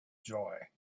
joy